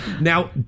Now